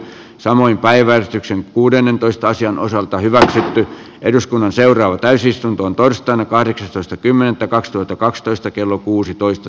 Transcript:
samoin päiväystyksen kuudennentoista asian osalta hyvässäkin eduskunnan seuraava täysistuntoon torstaina kahdeksastoista kymmenettä mitä minä esitin